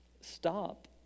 Stop